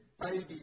baby